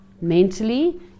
mentally